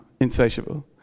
insatiable